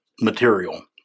material